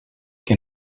que